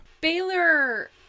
Baylor